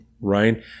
right